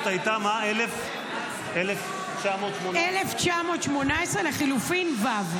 1918 לחלופין ו'.